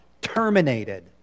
terminated